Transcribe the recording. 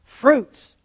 Fruits